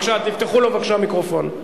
תפתחו לו בבקשה מיקרופון.